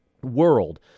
world